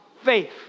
faith